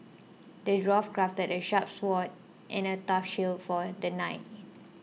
the dwarf crafted a sharp sword and a tough shield for the knight